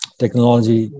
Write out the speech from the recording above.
technology